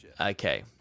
Okay